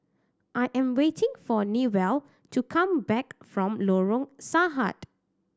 I am waiting for Newell to come back from Lorong Sahad